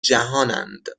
جهانند